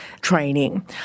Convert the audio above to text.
training